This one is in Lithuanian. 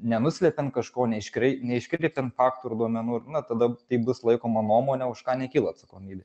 nenuslepiant kažko neiškrei neiškreipiant faktų ir duomenų ir na tada tai bus laikoma nuomone už ką nekyla atsakomybė